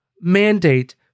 mandate